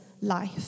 life